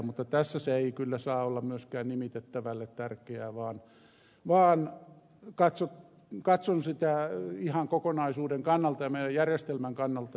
mutta tässä se ei kyllä saa olla myöskään nimitettävälle tärkeää vaan katson sitä ihan kokonaisuuden kannalta ja meidän järjestelmämme kannalta